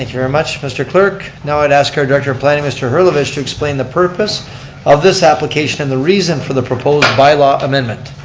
very much mr. clerk. now i ask our director of planning, mr. herlovich, to explain the purpose of this application and the reason for the proposed bylaw amendment.